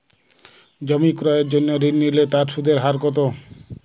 জমি ক্রয়ের জন্য ঋণ নিলে তার সুদের হার কতো?